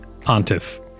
pontiff